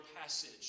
passage